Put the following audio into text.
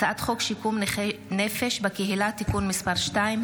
הצעת חוק שיקום נכי נפש בקהילה (תיקון מס' 2),